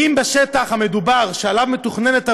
אם בשטח המדובר שעליו מתוכננת הבנייה,